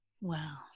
Wow